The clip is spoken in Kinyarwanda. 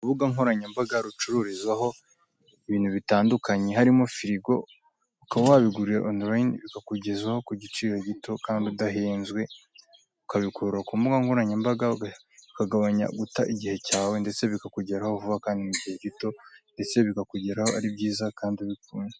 Urubuga nkoranyambaga rucururizaho ibintu bitandukanye harimo firigo, ukaba wabigurira onulayini ikakugezwaho kugiciro gito kandi udahenzwe, ukabikura ku mbugankoranyambaga, ukagabanya guta igihe cyawe, ndetse bikakugeraho vuba kandi mugihe gito, ndetse bikakugeraho ari byiza kandi bikunzwe.